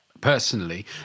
personally